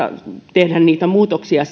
tehdä niitä muutoksia